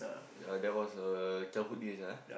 ya that was uh childhood days ah